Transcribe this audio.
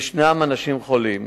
יש אנשים שחולים